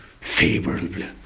favorably